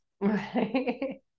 right